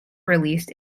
released